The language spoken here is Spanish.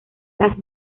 las